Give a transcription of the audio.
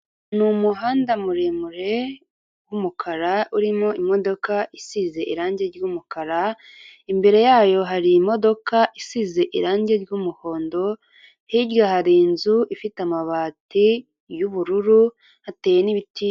Ni umuhanda muremure w'umukara urimo imodoka isize irangi ry'umukara, imbere yayo hari imodoka isize irangi ry'umuhondo, hirya hari inzu ifite amabati y'ubururu hateye n'ibiti.